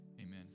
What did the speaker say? Amen